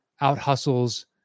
out-hustles